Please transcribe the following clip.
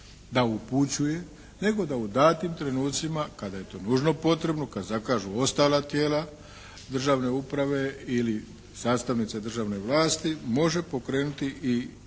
da upućuje nego da u datim trenucima kada je to nužno potrebno, kad zakažu ostala tijela državne uprave ili sastavnica državne vlasti može pokrenuti i postupak